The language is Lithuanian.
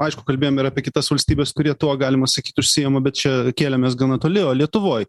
aišku kalbėjom ir apie kitas valstybes kurie tuo galima sakyt užsiema bet čia kėlėmės gana toli o lietuvoj